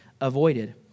avoided